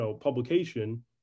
publication